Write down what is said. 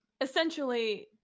essentially